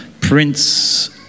Prince